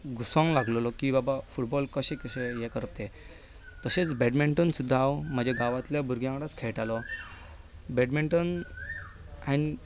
घुसूंक लागिल्लो की बाबा फुटबॉल कशे कशे हें करप ते तशेंच बॅडमिंटन सुद्दां हांव म्हज्या गांवांतल्या भुरग्यां वांगडाच खेळटालों बॅडमिंटन हांवें